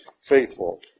faithful